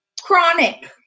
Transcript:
Chronic